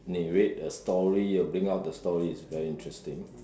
narrate a story or bring out the story is very interesting